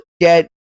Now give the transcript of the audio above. get